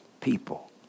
people